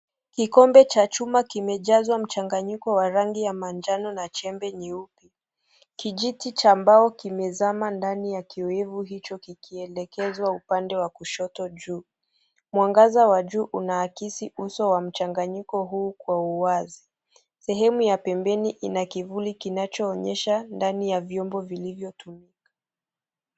Kikombe cha chuma kimejazwa mchanganyiko wa rangi ya manjano na jembe nyeupe. Kijiti cha mbao kimezama ndani ya kiyoevu hicho kikielekezwa upande wa kushoto juu. Mwangaza wa juu unaagizi uso wa mchanganyiko huu Kwa uwazi, sehemu ya pempeni ina kivuli kinachoonyesha ndani ya viumbo vilivyotumika.